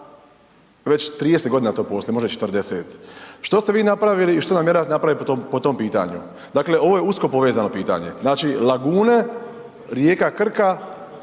već 30 godina to postoji, možda i 40. Što ste vi napravili i što namjeravate napraviti po tom pitanju? Dakle, ovo je usko povezano pitanje, znači lagune, rijeka Krka,